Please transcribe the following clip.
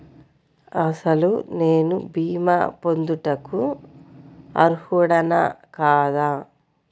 అసలు నేను భీమా పొందుటకు అర్హుడన కాదా?